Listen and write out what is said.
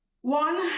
One